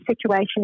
situation